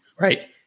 right